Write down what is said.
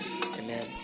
Amen